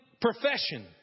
profession